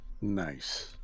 Nice